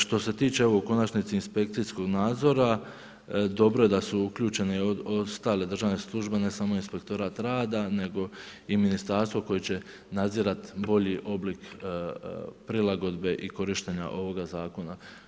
Što se tiče evo u konačnici inspekcijskog nadzora, dobro je da su uključene i ostale državne službe, ne samo inspektorat rada, nego i ministarstvo koje će nadzirat bolji oblik prilagodbe i korištenja ovoga zakona.